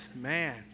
Man